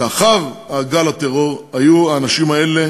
לאחר גל הטרור, האנשים האלה